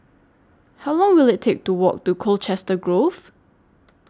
How Long Will IT Take to Walk to Colchester Grove